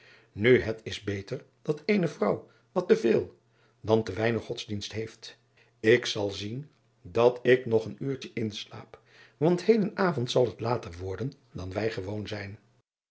u het is beter dat eene vrouw wat te veel dan te weinig godsdienst heeft k zal zien dat ik nog een uurtje inslaap want heden avond zal het later worden dan wij gewoon zijn